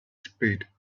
spade